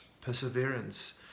perseverance